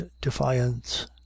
defiance